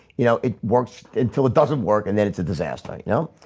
you know it works until it doesn't work and then it's a disaster, you know,